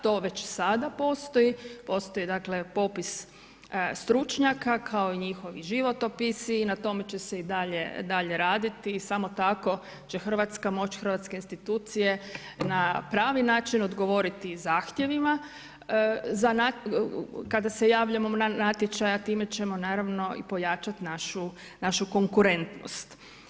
To već sada postoji, postoji dakle popis stručnjaka kao i njihovi životopisi i na tome će se i dalje raditi i samo tako će Hrvatska moć, i hrvatske institucije na pravi način odgovoriti zahtjevima, kada se javljamo na natječaj, a time ćemo naravno i pojačati našu konkurentnost.